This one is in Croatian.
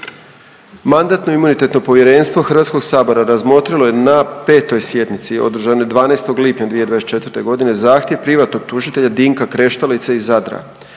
Mandatno-imunitetno povjerenstvo Hrvatskog sabora razmotrilo je na 5. sjednici održanoj 12. lipnja 2024. zahtjev privatnog tužitelja Dinka Kreštalice iz Zadra,